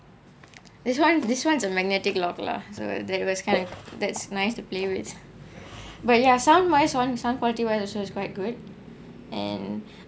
this one this one's a magnetic lock lah so that was kind of that's nice to play with but ya one the sound quality wise also was quite good and